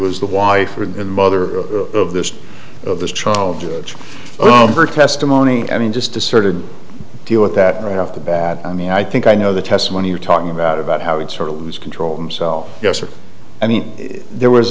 was the wife and mother of this of this trial judge her testimony i mean just asserted deal with that right off the bat i mean i think i know the testimony you're talking about about how it's sort of lose control themselves yes or i mean there was